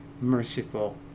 merciful